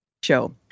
Show